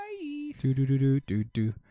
Do-do-do-do-do-do